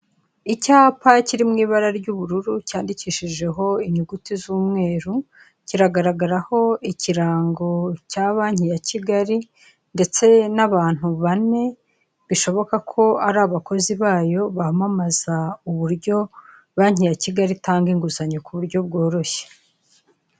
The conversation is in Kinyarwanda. Icyapa kiri mu ibara ry'ubururu cyandikishijeho inyuguti z'umweru kiragaragaraho ikirango cya banki ya Kigali ndetse n'abantu bane bishoboka ko ari abakozi bayo bamamaza uburyo banki ya kigali itanga inguzanyo ku buryo bworoshye.